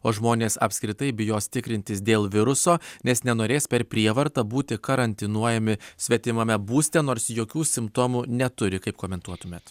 o žmonės apskritai bijos tikrintis dėl viruso nes nenorės per prievartą būti karantinuojami svetimame būste nors jokių simptomų neturi kaip komentuotumėt